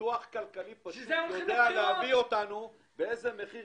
ניתוח כלכלי פשוט יודע להביא אותנו למחיר